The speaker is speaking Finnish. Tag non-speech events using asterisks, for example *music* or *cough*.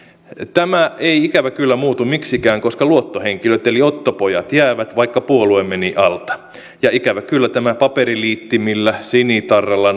tämä ei ikävä kyllä muutu miksikään koska luottohenkilöt eli ottopojat jäävät vaikka puolue meni alta ja ikävä kyllä tämä paperiliittimillä sinitarralla *unintelligible*